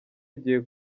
igiye